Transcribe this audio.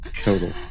total